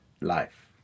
life